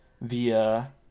via